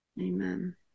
Amen